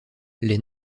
les